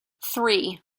three